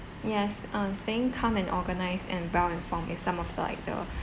yes ah staying calm and organised and well-informed is some of the like the